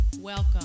Welcome